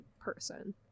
person